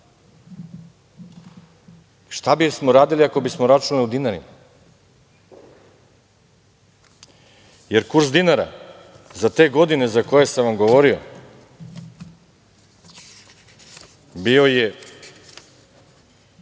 šta bismo radili ako bismo računali u dinarima? Jer, kurs dinara za te godine za koje sam vam govorio bio je